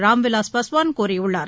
ராம்விலாஸ் பாஸ்வான் கூறியுள்ளார்